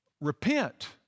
repent